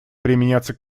применяться